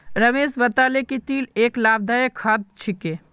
रमेश बताले कि तिल एक लाभदायक खाद्य छिके